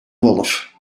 wolf